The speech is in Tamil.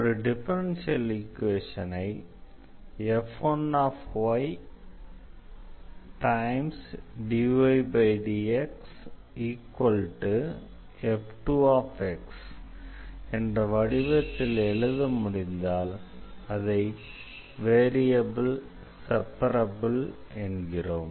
ஒரு டிஃபரன்ஷியல் ஈக்வேஷனை f1dydxf2 என்ற வடிவத்தில் எழுத முடிந்தால் அதை வேரியபிள் செப்பரப்பிள் என்கிறோம்